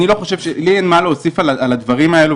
לי אין מה להוסיף על הדברים האלה,